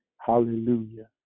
Hallelujah